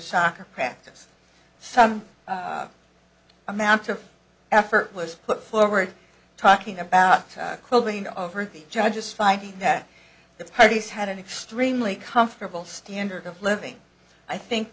soccer practice some amount of effort was put forward talking about quibbling over the judge's finding that the parties had an extremely comfortable standard of living i think